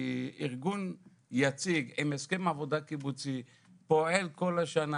כי ארגון יציג עם הסכם עבודה קיבוצי פועל כל השנה,